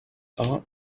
are